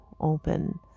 open